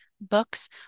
books